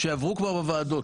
שעברו כבר בוועדות.